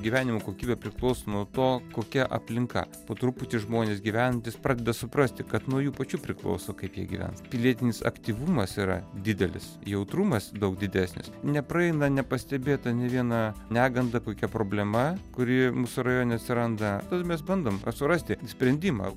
gyvenimo kokybė priklauso nuo to kokia aplinka po truputį žmonės gyvenantys pradeda suprasti kad nuo jų pačių priklauso kaip jie gyvens pilietinis aktyvumas yra didelis jautrumas daug didesnis nepraeina nepastebėta nė viena neganda kokia problema kuri mūsų rajone atsiranda tai mes bandom surasti sprendimą